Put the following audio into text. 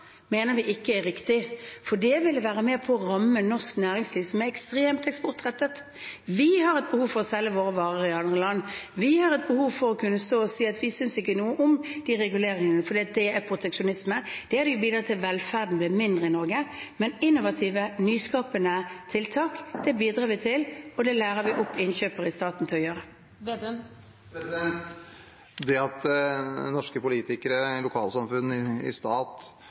ville være med på å ramme norsk næringsliv, som er ekstremt eksportrettet. Vi har et behov for å selge våre varer i andre land, vi har et behov for å kunne stå og si at vi synes ikke noe om de reguleringene, fordi det er proteksjonisme, og det vil bidra til at velferden blir mindre i Norge. Men innovative, nyskapende tiltak bidrar vi til, og det lærer vi opp innkjøpere i staten til å gjøre. Det at norske politikere i lokalsamfunn og den norske stat